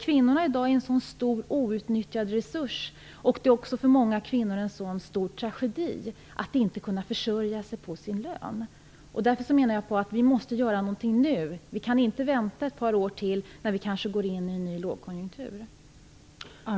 Kvinnorna är en så stor outnyttjad resurs i dag, och det är också en stor tragedi för många kvinnor att inte kunna försörja sig på sin lön. Därför måste vi göra något nu. Vi kan inte vänta ett par år till. Då går vi kanske in i en ny lågkonjunktur.